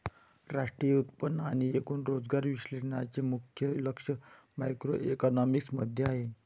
राष्ट्रीय उत्पन्न आणि एकूण रोजगार विश्लेषणाचे मुख्य लक्ष मॅक्रोइकॉनॉमिक्स मध्ये आहे